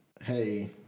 hey